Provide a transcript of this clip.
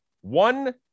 One